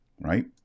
right